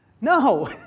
No